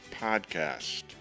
Podcast